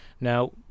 Now